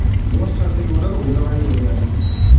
hello sir ꯀꯔꯤ order ꯇꯧꯕꯤꯒꯗꯕ ꯍꯥꯏꯕꯤꯌꯨ ꯌꯥꯅꯤ ꯑꯗꯨꯝ